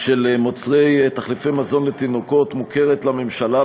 של מוצרי תחליפי מזון לתינוקות מוכרת לממשלה,